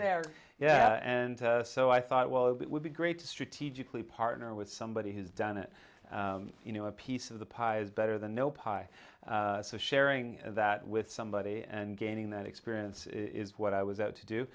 there yeah and so i thought well it would be great to strategically partner with somebody who's done it you know a piece of the pie is better than no pie so sharing that with somebody and gaining that experience is what i was about to do